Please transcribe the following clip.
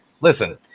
Listen